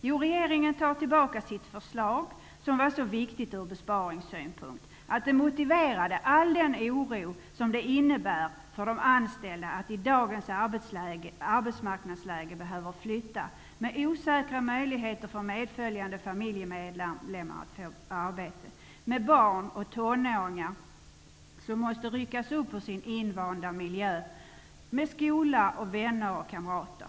Jo, regeringen tar tillbaka sitt förslag som var så viktigt ur besparingssynpunkt, att det motiverade all den oro som det innebär för de anställda att i dagens arbetsmarknadsläge behöva flytta, med osäkra möjligheter för medföljande familjemedlemmar att få arbete, med barn och tonåringar som måste ryckas upp ur sin invanda miljö med skola, vänner och kamrater.